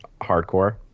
hardcore